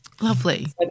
Lovely